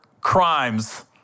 crimes